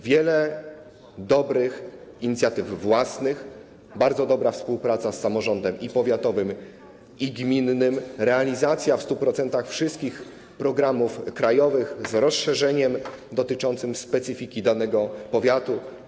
Wiele dobrych inicjatyw własnych, bardzo dobra współpraca z samorządem i powiatowym, i gminnym, realizacja w 100% wszystkich programów krajowych z rozszerzeniem dotyczącym specyfiki danego powiatu.